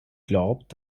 glaubt